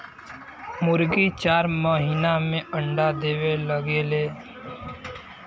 मुरगी चार महिना में अंडा देवे लगेले